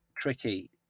tricky